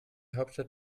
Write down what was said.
hauptstadt